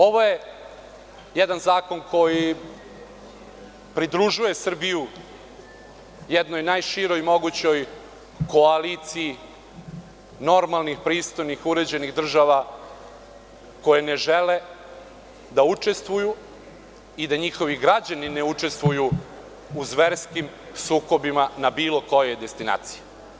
Ovo je jedan zakon koji pridružuje Srbiju jednoj najširoj mogućoj koaliciji normalnih, pristojnih, uređenih država koje ne žele da učestvuju i da njihovi građani ne učestvuju u zverskim sukobima na bilo kojoj destinaciji.